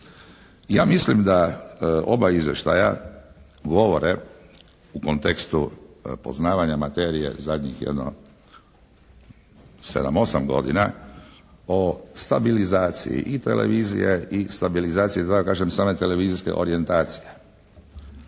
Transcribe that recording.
Ja mislim da oba izvještaja govore u kontekstu poznavanja materije zadnjih jedno sedam, osam godina o stabilizaciji i televizije i stabilizaciji da tako kažem same televizijske orjentacije.